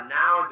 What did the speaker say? now